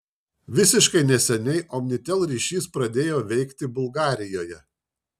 visiškai neseniai omnitel ryšis pradėjo veikti bulgarijoje